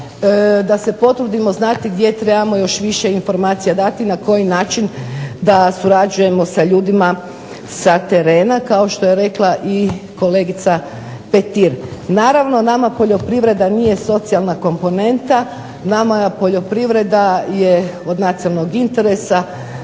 da se potrudimo znati gdje trebamo još više informacija dati na koji način da surađujemo sa ljudima sa terena kao što je rekla i kolegica Petir. Naravno nama poljoprivreda nije socijalna komponenta. Nama poljoprivreda je od nacionalnog interesa